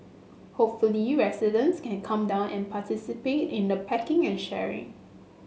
hopefully residents can come down and participate in the packing and sharing